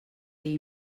dir